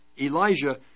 Elijah